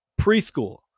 preschool